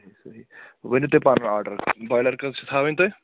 صحیح صحیح ؤنِو تُہۍ پَنُن آرڈر بۄیِلَر کٔژ چھِو تھاوٕنۍ تُہۍ